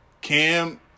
Cam